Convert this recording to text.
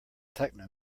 techno